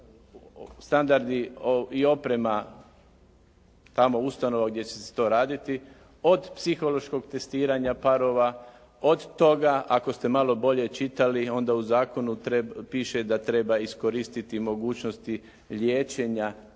standardi i oprema, tamo ustanova gdje će se to raditi od psihološkog testiranja parova, od toga ako ste malo bolje čitali onda u zakonu piše da treba iskoristiti mogućnosti liječenja drugim